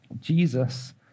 Jesus